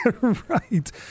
Right